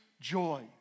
joy